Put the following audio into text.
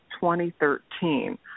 2013